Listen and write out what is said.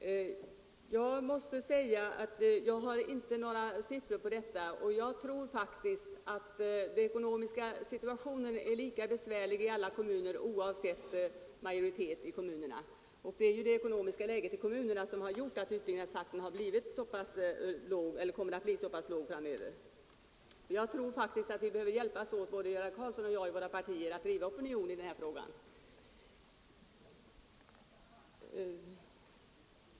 Jag har inte några siffror på detta, men jag tror faktiskt att den ekonomiska situationen är lika besvärlig i alla kommuner, oavsett 75 politisk majoritet, och det är det ekonomiska läget i kommunerna som medför att utbyggnadstakten kommer att bli tämligen låg framöver. Både herr Göran Karlsson och jag behöver i våra partier driva fram en opinion i den här frågan.